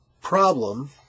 Problem